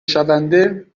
شونده